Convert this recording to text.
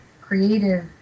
creative